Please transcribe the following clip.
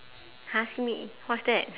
!huh! simi what's that